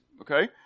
okay